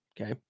okay